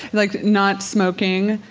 like not smoking,